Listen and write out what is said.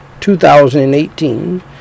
2018